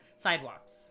sidewalks